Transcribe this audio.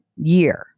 year